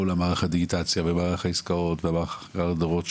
מערך הדיגיטציה ומערך העסקאות ומערך החכירה לדורות,